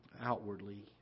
outwardly